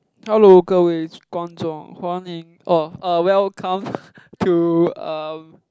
hello Ge Wei Guan Zhong Huan Ying orh uh welcome to um